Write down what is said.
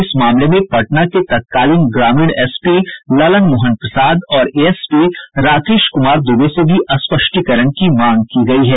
इस मामले में पटना के तत्कालीन ग्रामीण एसपी ललन मोहन प्रसाद और एएसपी राकेश कुमार दूबे से भी स्पष्टीकरण की मांग की गयी है